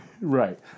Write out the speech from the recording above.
Right